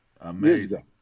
Amazing